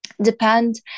depend